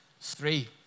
Three